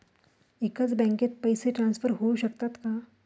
एकाच बँकेत पैसे ट्रान्सफर होऊ शकतात का?